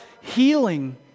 healing